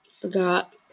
forgot